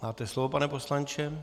Máte slovo, pane poslanče.